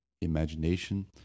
imagination